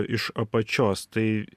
iš apačios tai